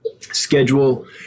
schedule